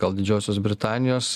gal didžiosios britanijos